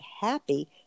happy